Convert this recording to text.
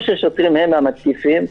לא ששוטרים הם התוקפים.